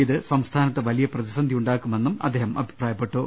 ഇത് സംസ്ഥാനത്ത് വലിയ പ്രതിസന്ധിയുണ്ടാക്കുമെന്നും അദ്ദേഹം പറഞ്ഞു